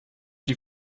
die